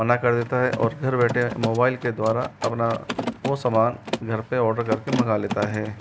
मना कर देता है और घर बैठे मोबाइल के द्वारा अपना वो सामान घर पर आर्डर कर के मंगा लेता है